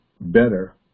better